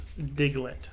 Diglett